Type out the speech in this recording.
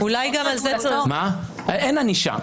אין ענישה.